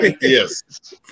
Yes